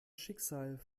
schicksal